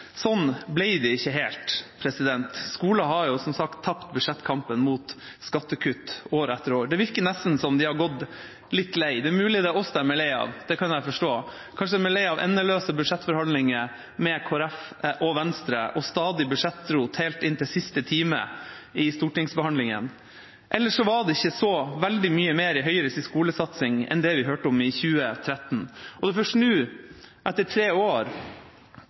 Sånn ble det ikke helt. Skolen har, som sagt, tapt budsjettkampen mot skattekutt år etter år. Det virker nesten som om de har gått litt lei. Det er mulig det er oss de er lei av – det kan jeg forstå. Kanskje de er lei av endeløse budsjettforhandlinger med Kristelig Folkeparti og Venstre og stadig budsjettrot helt inn i siste time i stortingsbehandlingen. Eller så var det ikke så veldig mye mer i Høyres skolesatsing enn det vi hørte om i 2013. Det er først nå – etter tre år